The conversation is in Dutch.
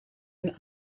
hun